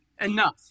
Enough